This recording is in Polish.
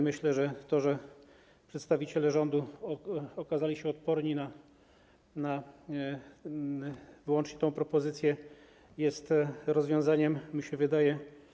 Myślę, że to, że przedstawiciele rządu okazali się odporni na wyłącznie tę propozycję, jest dobrym rozwiązaniem, jak mi się wydaje.